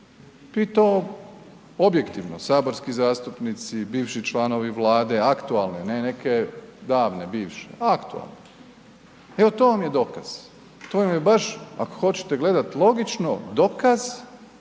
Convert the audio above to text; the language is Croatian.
i to objektivno, saborski zastupnici, bivši članovi Vlade, aktualne, ne neke davne bivše, aktualne. Evo to vam je dokaz, to vam je baš ako hoćete gledat logično, dokaz